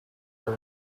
are